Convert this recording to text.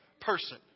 person